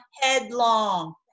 headlong